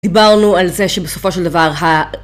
דיברנו על זה שבסופו של דבר ה...